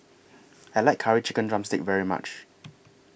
I like Curry Chicken Drumstick very much